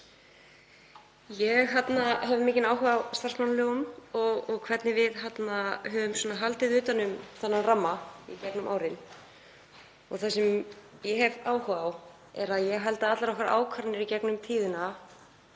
Ég hef mikinn áhuga á starfsmannalögum og hvernig við höfum haldið utan um þennan ramma í gegnum árin. Það sem ég hef áhuga á er að ég held að allar okkar ákvarðanir í gegnum tíðina